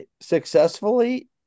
successfully